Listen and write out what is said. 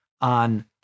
on